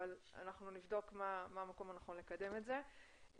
אבל אנחנו נבדוק מה המקום הנכון לקדם את זה בהיבטים